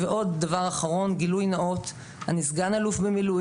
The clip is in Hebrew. עוד דבר אחרון, גילוי נאות, אני סגן אלוף במיל',